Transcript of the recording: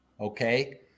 okay